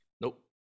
Nope